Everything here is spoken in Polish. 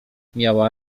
miała